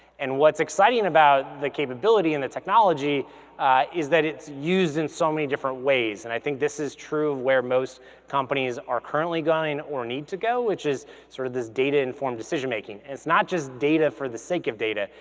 and what's exciting about the capability and the technology is that it's used in so many different ways and i think this is true of where most companies are currently going or need to go, which is sort of this data informed decision making. it's not just data for the sake of data,